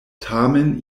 tamen